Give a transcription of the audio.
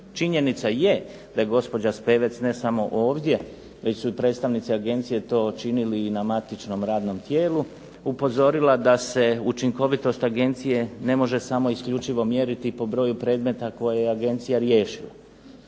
Činjenica je da je gospođa Spevec ne samo ovdje, već su predstavnici agencije to činili i na matičnom radnom tijelu upozorila da se učinkovitost agencije ne može samo i isključivo mjeriti po broju predmeta koje je agencija riješila.